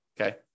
okay